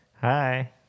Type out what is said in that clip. Hi